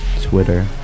Twitter